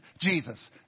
Jesus